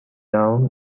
down